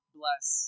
bless